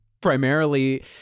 primarily